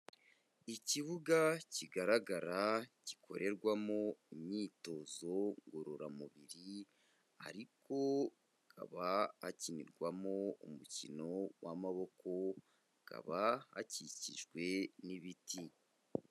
Ikibuga kigaragara gikorerwamo imyitozo ngororamubiri ariko hakaba hakinirwamo umukino w'amaboko hakaba hakikijwe n'ibiti.